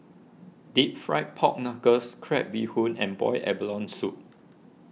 Deep Fried Pork Knuckles Crab Bee Hoon and Boiled Abalone Soup